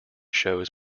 shows